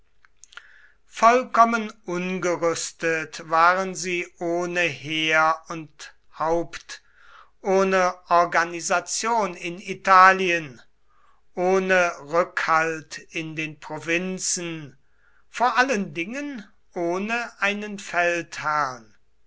vollkommen ungerüstet waren sie ohne heer und haupt ohne organisation in italien ohne rückhalt in den provinzen vor allen dingen ohne einen feldherrn